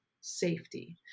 safety